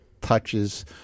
touches